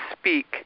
speak